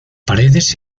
paredes